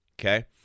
Okay